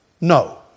No